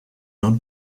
not